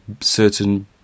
certain